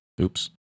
Oops